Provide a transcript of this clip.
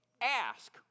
ask